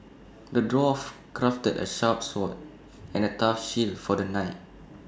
the dwarf crafted A sharp sword and A tough shield for the knight